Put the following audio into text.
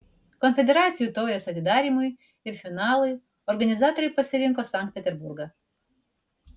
konfederacijų taurės atidarymui ir finalui organizatoriai pasirinko sankt peterburgą